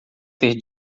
ter